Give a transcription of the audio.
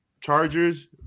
Chargers